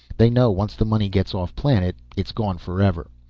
they know once the money gets off-planet it is gone forever.